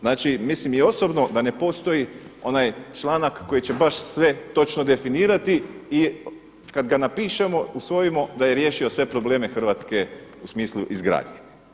Znači mislim i osobno da ne postoji onaj članak koji će baš sve točno definirati i kada ga napišemo, usvojimo da je riješio sve probleme Hrvatske u smislu izgradnje.